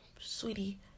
sweetie